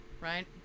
right